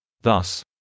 Thus